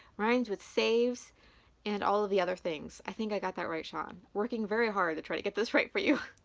rhymes with saves and all of the other things. i think i got that right, shawn. working very hard to try to get this right for you.